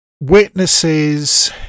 witnesses